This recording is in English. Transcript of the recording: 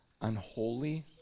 unholy